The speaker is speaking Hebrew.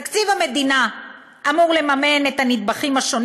זו ממשלה שמתגאה בפיתוח תשתיות הכבישים שלה,